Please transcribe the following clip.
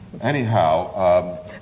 Anyhow